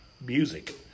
music